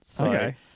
okay